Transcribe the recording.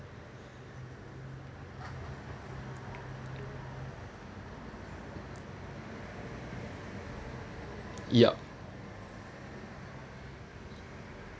yup